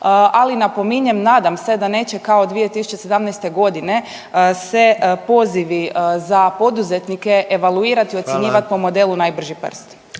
ali napominjem, nadam se da neće kao 2017. g. se pozivi za poduzetnike evaluirati i .../Upadica: Hvala./... ocjenjivati po modelu najbrži prst.